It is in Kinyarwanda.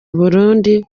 burundi